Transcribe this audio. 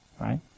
Right